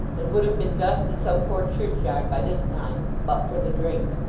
and would have been dust in some poor churchyard by this time, but for the drink